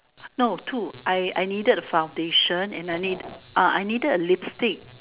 no two I I needed a foundation and I need uh I needed a lipstick